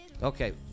Okay